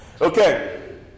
Okay